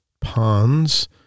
ponds